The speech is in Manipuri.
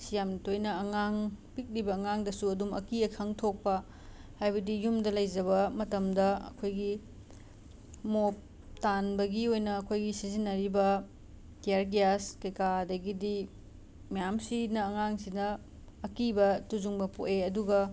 ꯁꯤ ꯌꯥꯝ ꯇꯣꯏꯅ ꯑꯉꯥꯡ ꯄꯤꯛꯂꯤꯕ ꯑꯉꯥꯡꯗꯁꯨ ꯑꯗꯨꯝ ꯑꯀꯤ ꯑꯈꯪ ꯊꯣꯛꯄ ꯍꯥꯏꯕꯗꯤ ꯌꯨꯝꯗ ꯂꯩꯖꯕ ꯃꯇꯝꯗ ꯑꯩꯈꯣꯏꯒꯤ ꯃꯣꯞ ꯇꯥꯟꯕꯒꯤ ꯑꯣꯏꯅ ꯑꯩꯈꯣꯏꯒꯤ ꯁꯤꯖꯤꯅꯔꯤꯕ ꯇꯤꯌꯥꯔ ꯒ꯭ꯌꯥꯁ ꯀꯩ ꯀꯥ ꯑꯗꯒꯤꯗꯤ ꯃꯌꯥꯝꯁꯤꯅ ꯑꯉꯥꯡꯁꯤꯅ ꯑꯀꯤꯕ ꯇꯨꯖꯨꯡꯕ ꯄꯣꯛꯑꯦ ꯑꯗꯨꯒ